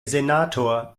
senator